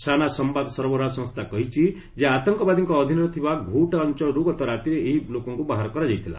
ସାନା ସମ୍ବାଦ ସରବରାହ ସଂସ୍ଥା କହିଛି ଯେ ଆତଙ୍କବାଦୀଙ୍କ ଅଧୀନରେ ଥିବା ଘୋଉଟା ଅଞ୍ଚଳରୁ ଗତ ରାତିରେ ଏହି ଲୋକଙ୍କୁ ବାହାର କରାଯାଇଥିଲା